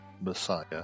Messiah